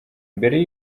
mbere